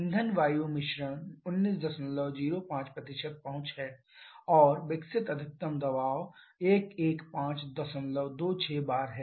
ईंधन वायु मिश्रण 1905 पहुंच है और विकसित अधिकतम दबाव 11526 bar है